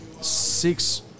six